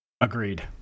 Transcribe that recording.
Agreed